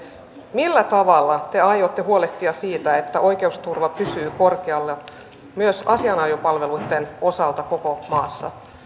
millä tavalla te aiotte huolehtia siitä että oikeusturva pysyy korkealla myös asianajopalveluitten osalta koko maassa